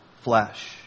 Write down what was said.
flesh